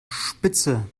spitze